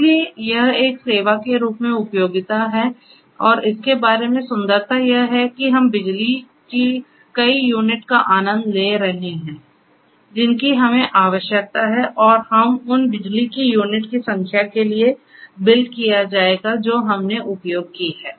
इसलिए यह एक सेवा के रूप में उपयोगिता है और इसके बारे में सुंदरता यह है कि हम बिजली की कई यूनिट का आनंद ले रहे हैं जिनकी हमें आवश्यकता है और हमें उन बिजली की यूनिट की संख्या के लिए बिल किया जाएगा जो हमने उपयोग की हैं